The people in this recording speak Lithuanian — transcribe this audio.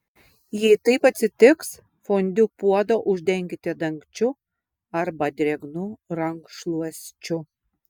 jei taip atsitiks fondiu puodą uždenkite dangčiu arba drėgnu rankšluosčiu